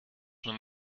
schon